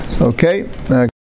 Okay